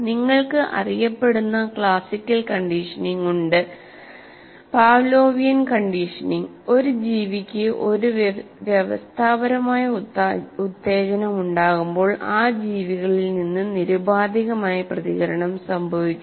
നിങ്ങൾക്ക് അറിയപ്പെടുന്ന classical conditioning ഉണ്ട് പാവ്ലോവിയൻ കണ്ടീഷനിംഗ് ഒരു ജീവിയ്ക്ക് ഒരു വ്യവസ്ഥാപരമായ ഉത്തേജനം ഉണ്ടാകുമ്പോൾ ആ ജീവികളിൽ നിന്ന് നിരുപാധികമായ പ്രതികരണം സംഭവിക്കുന്നു